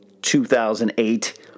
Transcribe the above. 2008